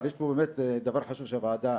באמת דבר חשוב שהוועדה,